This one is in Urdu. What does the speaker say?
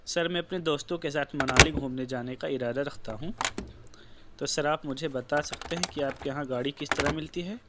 سر میں اپنے دوستوں کے ساتھ منالی گھومنے جانے کا ارادہ رکھتا ہوں تو سر آپ مجھے بتا سکتے ہیں کہ آپ کے یہاں گاڑی کس طرح ملتی ہے